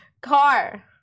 Car